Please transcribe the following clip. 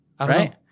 Right